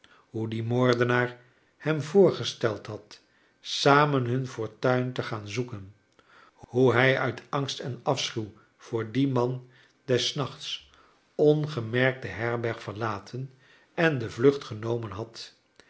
die moordenaar hem voorgesteld had samen hun fortuin te gaan zoeken hoe hij uit angst en afschuw voor clien man des nachts ongemerkt de herberg verlaten en de vlucht genomen had